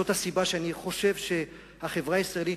זאת הסיבה שאני חושב שהחברה הישראלית,